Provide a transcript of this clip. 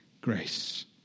grace